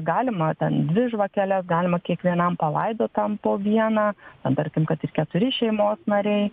galima ten dvi žvakeles galima kiekvienam palaidotam po vieną ten tarkim kad ir keturi šeimos nariai